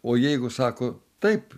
o jeigu sako taip